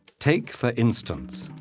take, for instance,